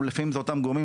ולפעמים זה אותם גורמים,